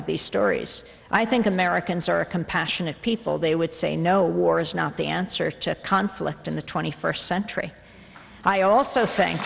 of these stories i think americans are a compassionate people they would say no war is not the answer to conflict in the twenty first century i also think